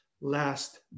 last